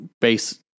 base